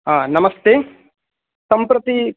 नमस्ते सम्प्रति